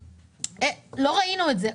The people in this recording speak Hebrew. לא ראינו את זה.